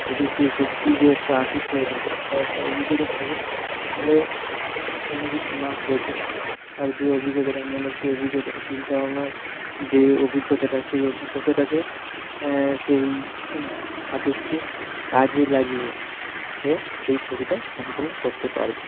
যদি সে সত্যিই যে একটা আর্টিস্ট হয়ে থাকে তার একটা অভিজ্ঞতা থাকে তাহলে কোনো কিছু না দেখে তার যে অভিজ্ঞতাটা মনের যে অভিজ্ঞতাটা চিন্তা ভাবনার যে অভিজ্ঞতাটা সেই অভিজ্ঞতাটাকে সেই আর্টিস্টটি কাজে লাগিয়ে সে সেই ছবিটা সম্পূর্ণ করতে পারবে